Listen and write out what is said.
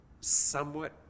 somewhat